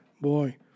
Boy